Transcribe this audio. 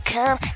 Come